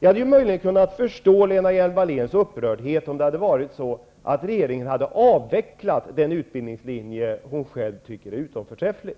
Jag hade möjligen kunnat förstå Lena Hjelm-Walléns upprördhet, om det hade varit så att regeringen hade velat avveckla den utbildningslinje som Lena Hjelm-Wallén själv tycker är så utomordentligt förträfflig.